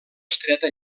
estreta